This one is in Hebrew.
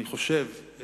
אני חושב,